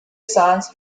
science